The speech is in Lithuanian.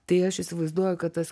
tai aš įsivaizduoju kad tas